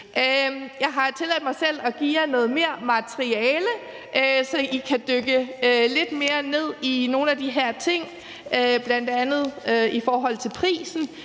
Jeg har tilladt mig at give jer noget mere materiale, så I kan dykke lidt mere ned i de her ting, bl.a. i forhold til prisen,